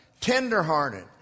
tenderhearted